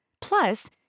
Plus